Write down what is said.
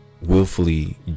willfully